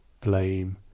blame